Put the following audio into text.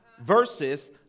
versus